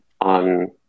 on